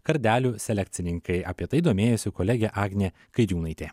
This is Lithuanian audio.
kardelių selekcininkai apie tai domėjosi kolegė agnė kairiūnaitė